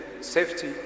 safety